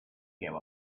gave